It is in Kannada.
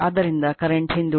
ಆದ್ದರಿಂದ ಕರೆಂಟ್ ಹಿಂದುಳಿದಿದೆ